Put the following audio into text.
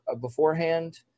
beforehand